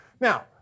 Now